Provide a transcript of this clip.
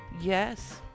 yes